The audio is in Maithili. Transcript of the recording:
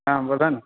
हॅं बोलो न